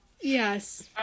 Yes